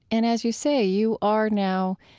and as you say, you are now,